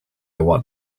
want